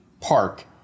park